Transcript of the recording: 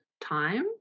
time